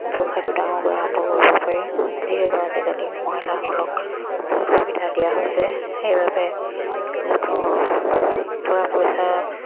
ব্যৱসায়টো ডাঙৰকৈ আৰম্ভ কৰিব পাৰি যিহেতু আজিকালি মহিলাসকলক বহুত সুবিধা দিয়া হৈছে সেইবাবে গোটৰ পৰা পইচা